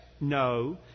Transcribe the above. No